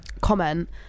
comment